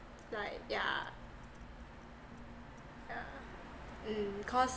like yeah yeah mm cause